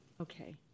Okay